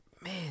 man